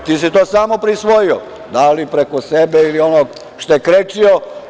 Ti si to samo prisvojio, da li preko sebe ili onog što je krečio.